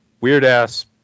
weird-ass